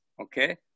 okay